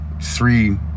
three